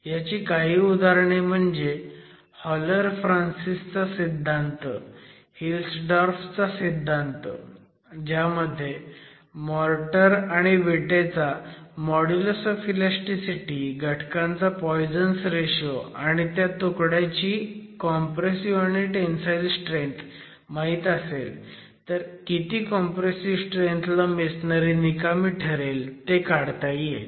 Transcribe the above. ह्याची काही उदाहरणे म्हणजे हॉलर फ्रान्सिस चा सिद्धांत हिल्सडॉर्फ चा सिद्धांत ज्यामध्ये मोर्टर आणि विटेचा चा मॉड्युलस ऑफ ईलॅस्टीसिटी घटकांचा पॉयझन्स रेशो आणि त्या तुकड्याची कॉम्प्रेसिव्ह आणि टेंसाईल स्ट्रेंथ माहीत असेल तर किती कॉम्प्रेसिव्ह स्ट्रेंथ ला मेसनरी निकामी ठरेल ते काढता येईल